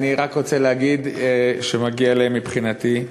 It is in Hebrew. אני רק רוצה להגיד שמגיע להם, מבחינתי,